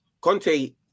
Conte